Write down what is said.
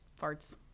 farts